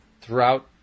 throughout